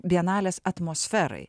bienalės atmosferai